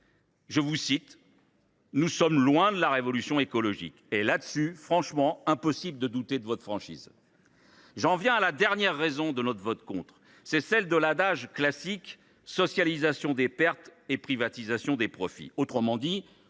je vous cite :« Nous sommes loin de la révolution écologique. » Là dessus, soyons justes, il est impossible de douter de votre franchise… J’en viens à la dernière raison de notre vote contre : elle est motivée par l’adage classique :« Socialisation des pertes et privatisation des profits ».